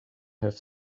have